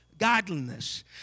Godliness